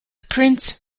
prince